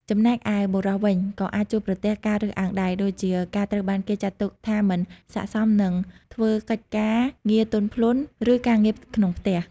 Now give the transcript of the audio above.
ចំណែកឯបុរសវិញ ក៏អាចជួបប្រទះការរើសអើងដែរ ដូចជាការត្រូវបានគេចាត់ទុកថាមិនស័ក្តិសមនឹងធ្វើកិច្ចការងារទន់ភ្លន់ ឬការងារក្នុងផ្ទះ។